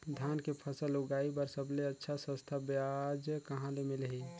धान के फसल उगाई बार सबले अच्छा सस्ता ब्याज कहा ले मिलही?